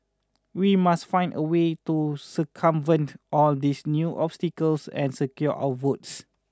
we must find a way to circumvent all these new obstacles and secure our votes